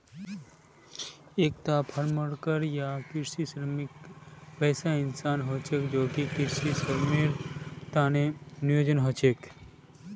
एकता farm worker या कृषि श्रमिक वैसा इंसान ह छेक जेको कृषित श्रमेर त न नियोजित ह छेक